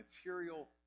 material